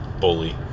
bully